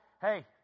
hey